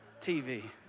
TV